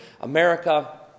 America